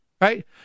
Right